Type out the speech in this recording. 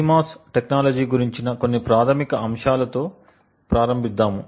CMOS technology గురించిన కొన్ని ప్రాథమిక అంశాలతో ప్రారంబిద్దాము